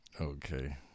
okay